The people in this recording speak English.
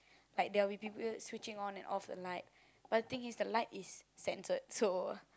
like there will be people switching on and off the light but the thing is the light is censored so